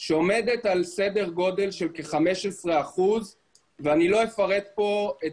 שעומדת על סדר גודל של כ-15% - ואני לא אפרט פה את